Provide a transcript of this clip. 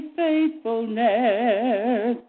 faithfulness